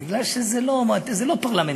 כי זה לא פרלמנטרי,